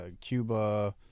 Cuba